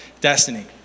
destiny